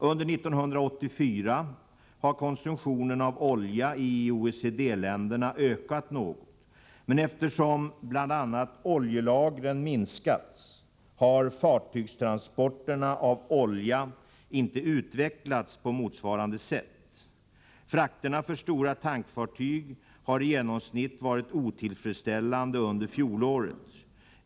Under år 1984 har konsumtionen av olja i OECD-länderna ökat något. Men eftersom bl.a. oljelagren minskats, har fartygstransporterna av olja inte utvecklats på motsvarande sätt. Frakterna för stora tankfartyg har i genomsnitt varit otillfredsställande under Om verksamheten fjolåret.